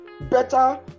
better